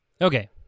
okay